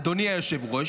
אדוני היושב-ראש,